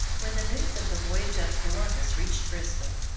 when the news of the voyage of columbus reached bristol,